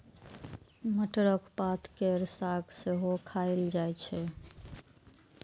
मटरक पात केर साग सेहो खाएल जाइ छै